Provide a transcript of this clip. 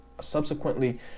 subsequently